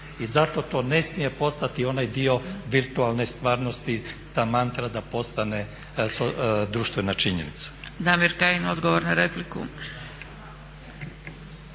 I zato to ne smije postati onaj dio virtualne stvarnosti, ta mantra da postane društvena činjenica.